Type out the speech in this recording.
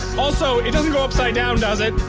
also, it doesn't go upside down, does it?